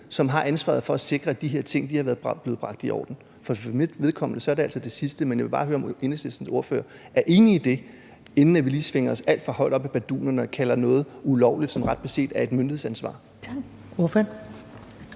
som har ansvaret for at sikre, at de her ting er blevet bragt i orden? For mit vedkommende er det altså det sidste, men jeg vil bare høre, om Enhedslistens ordfører er enig i det, inden vi lige svinger os alt for højt op i bardunerne og kalder noget, som ret beset er et myndighedsansvar,